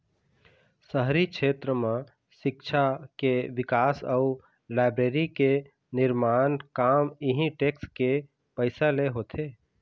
शहरी छेत्र म सिक्छा के बिकास अउ लाइब्रेरी के निरमान काम इहीं टेक्स के पइसा ले होथे